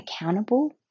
accountable